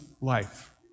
life